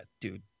dude